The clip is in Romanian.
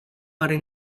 are